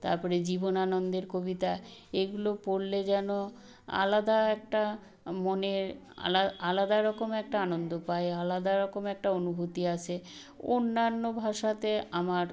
তারপরে জীবনানন্দের কবিতা এগুলো পড়লে যেন আলাদা একটা মনের আলাদারকম একটা আনন্দ পাই আলাদারকম একটা অনুভূতি আসে অন্যান্য ভাষাতে আমার